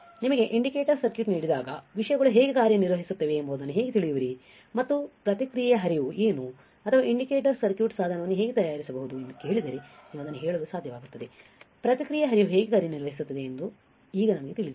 ನಿಮಗೆ indicator circuit ನೀಡಿದಾಗ ವಿಷಯಗಳು ಹೇಗೆ ಕಾರ್ಯನಿರ್ವಹಿಸುತ್ತವೆ ಎಂಬುದನ್ನು ಹೇಗೆ ತಿಳಿಯುವಿರಿ ಮತ್ತು ಪ್ರಕ್ರಿಯೆಯ ಹರಿವು ಏನು ಅಥವಾ ಇಂಡಿಕೇಟರ್ ಸರ್ಕ್ಯೂಟ್ ಸಾಧನವನ್ನು ಹೇಗೆ ತಯಾರಿಸಬಹುದು ಎಂದು ಕೇಳಿದರೆ ನೀವು ಅದನ್ನು ಹೇಳಲು ಸಾಧ್ಯವಾಗುತ್ತದೆ ಪ್ರಕ್ರಿಯೆಯ ಹರಿವು ಹೇಗೆ ಕಾರ್ಯನಿರ್ವಹಿಸುತ್ತದೆ ಎಂದು ಈಗ ನಮಗೆ ತಿಳಿದಿದೆ